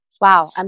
wow